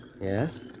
Yes